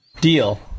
Deal